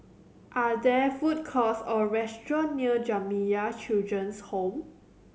are there food courts or restaurants near Jamiyah Children's Home